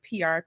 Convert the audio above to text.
PR